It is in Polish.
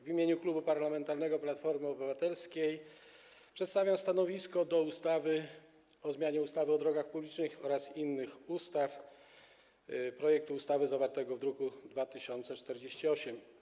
W imieniu Klubu Parlamentarnego Platforma Obywatelska przedstawiam stanowisko co do projektu ustawy o zmianie ustawy o drogach publicznych oraz niektórych innych ustaw, projektu ustawy zawartego w druku nr 2048.